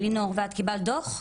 לינור: ואת קיבלת דוח?